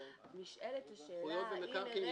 נשאלת השאלה אם ברגע